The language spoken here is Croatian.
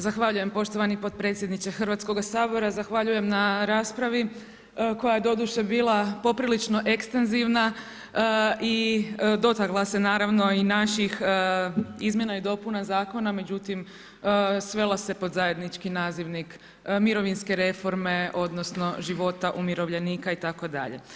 Zahvaljujem poštovani potpredsjedniče Hrvatskoga sabora, zahvaljujem na raspravi koja je doduše bila poprilično ekstenzivna i dotakla se naravno i naših izmjena i dopuna zakona međutim svela se pod zajednički nazivnik, mirovinske reforme odnosno života umirovljenika itd.